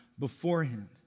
Beforehand